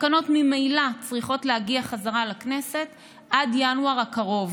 התקנות ממילא צריכות להגיע חזרה לכנסת עד ינואר הקרוב,